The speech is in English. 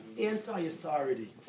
anti-authority